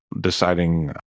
deciding